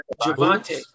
Javante